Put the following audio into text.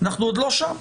אנחנו עוד לא שם.